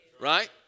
right